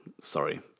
sorry